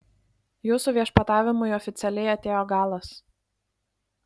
jūsų viešpatavimui oficialiai atėjo galas